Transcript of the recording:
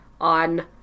on